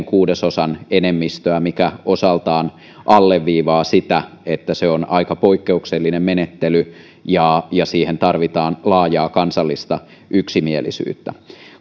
kuudesosan enemmistöä mikä osaltaan alleviivaa sitä että se on aika poikkeuksellinen menettely ja ja siihen tarvitaan laajaa kansallista yksimielisyyttä